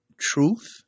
truth